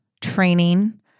training